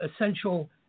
essential